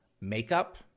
makeup